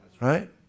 Right